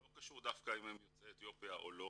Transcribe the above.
לא קשור דווקא אם הם יוצאי אתיופיה או לא,